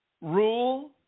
rule